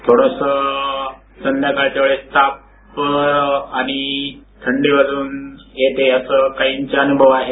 थोडंसं संध्याकाळच्या वेळी ताप आणि थंडी वाजून येते आसा काहींचा अनुभव आहे